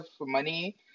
money